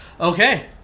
Okay